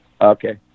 Okay